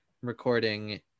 recording